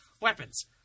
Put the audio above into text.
weapons